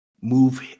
move